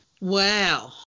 wow